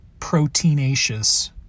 proteinaceous